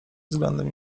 względem